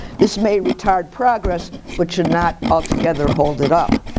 this may retard progress but should not altogether hold it up.